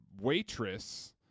waitress